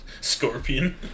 Scorpion